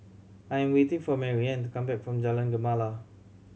I am waiting for Marianne to come back from Jalan Gemala